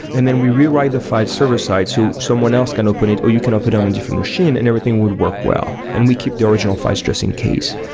and then we rewrite the file server side so someone else can open it, or you can up it on a and different machine and everything would work well. and we keep the original files just in case.